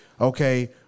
okay